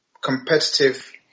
competitive